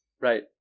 Right